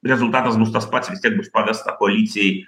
rezultatas bus tas pats vis tiek bus pavesta koalicijai